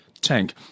Tank